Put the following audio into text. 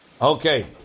Okay